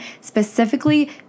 specifically